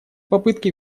попытки